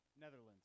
Netherlands